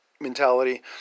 mentality